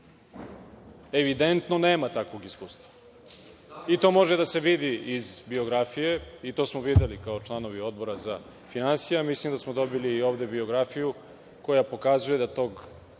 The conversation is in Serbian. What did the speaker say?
evidentno nema takvog iskustva. To može da se vidi iz biografije i to smo videli kao članovi Odbora za finansije, a mislim da smo dobili ovde biografiju koja pokazuje da tog